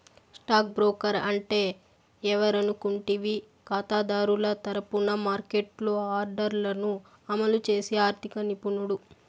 stock broker అంటే ఎవరనుకుంటివి కాతాదారుల తరపున మార్కెట్లో ఆర్డర్లను అమలు చేసి ఆర్థిక నిపుణుడు